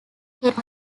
head